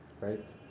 Right